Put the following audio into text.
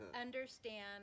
Understand